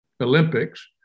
Olympics